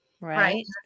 Right